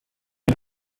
ein